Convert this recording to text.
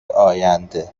آینده